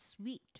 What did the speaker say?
sweet